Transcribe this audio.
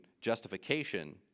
justification